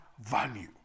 value